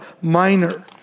Minor